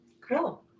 Cool